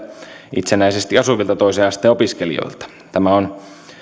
itsenäisesti asuvilta toisen asteen opiskelijoilta tämä on